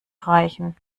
reichen